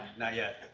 not yet.